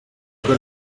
uko